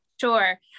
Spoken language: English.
sure